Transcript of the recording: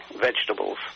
vegetables